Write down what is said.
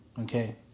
Okay